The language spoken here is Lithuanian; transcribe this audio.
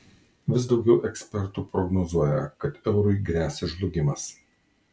vis daugiau ekspertų prognozuoja kad eurui gresia žlugimas